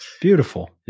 Beautiful